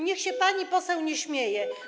Niech się pani poseł nie śmieje.